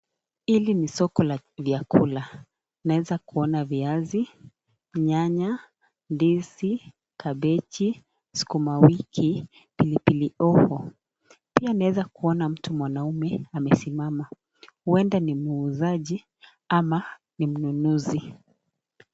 Hili ni soko ya vyakula naeza kuona viazi, nyanya, ndizi, cabeji, skuma wiki, pilipili hoho, Pia naweza kuona mtu mwanamme amesimama huwenda mwuuzaji ama mnunuzi.